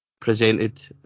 presented